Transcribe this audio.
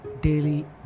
daily